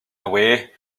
away